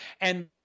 And-